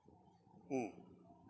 mm